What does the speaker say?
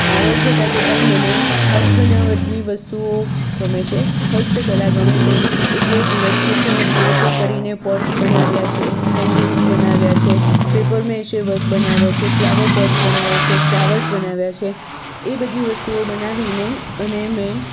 આગળ જતાં જતાં મને હાથ બનાવટની વસ્તુઓ ગમે છે હસ્તકલા ગમે છે એટલે ભરતગૂંથણ આ તે કરીને પર્સ બનાવ્યા છે હેંગીગ્સ બનાવ્યા છે પેપર મેસીયલ વર્ક બનાવ્યા છે ફ્લાવર પોટ્સ બનાવ્યા છે ફ્લાવર્સ બનાવ્યા છે એ બધી વસ્તુઓ બનાવીને અને મેં